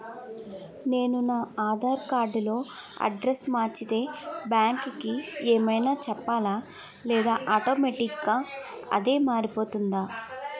నేను నా ఆధార్ కార్డ్ లో అడ్రెస్స్ మార్చితే బ్యాంక్ కి ఏమైనా చెప్పాలా లేదా ఆటోమేటిక్గా అదే మారిపోతుందా?